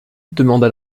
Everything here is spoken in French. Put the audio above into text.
demanda